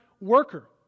worker